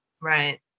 Right